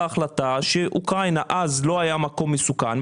החלטה שאוקראינה אז לא היה מקום מסוכן,